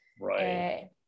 Right